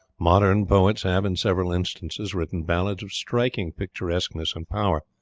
modern poets have, in several instances, written ballads of striking picturesqueness and power,